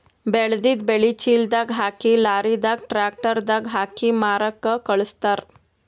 ಬೆಳೆದಿದ್ದ್ ಬೆಳಿ ಚೀಲದಾಗ್ ಹಾಕಿ ಲಾರಿದಾಗ್ ಟ್ರ್ಯಾಕ್ಟರ್ ದಾಗ್ ಹಾಕಿ ಮಾರಕ್ಕ್ ಖಳಸ್ತಾರ್